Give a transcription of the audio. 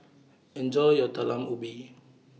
Enjoy your Talam Ubi